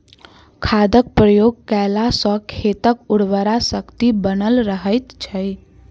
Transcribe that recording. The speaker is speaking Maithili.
खादक प्रयोग कयला सॅ खेतक उर्वरा शक्ति बनल रहैत छै